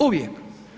Uvijek.